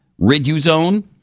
Riduzone